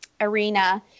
arena